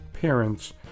parents